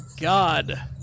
God